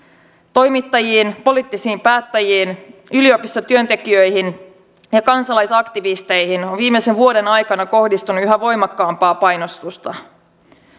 toimittajiin poliittisiin päättäjiin yliopistotyöntekijöihin ja kansalaisaktivisteihin on viimeisen vuoden aikana kohdistunut yhä voimakkaampaa painostusta